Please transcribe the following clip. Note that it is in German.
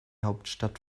hauptstadt